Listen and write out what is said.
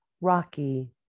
rocky